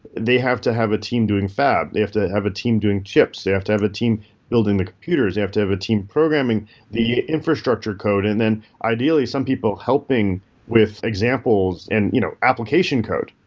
they have to have a team doing fab. they have to have a team doing chips. they have to have a team building the computers. they have to have a team programming the infrastructure infrastructure code. and and ideally, some people helping with examples and you know application code.